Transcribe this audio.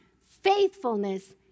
faithfulness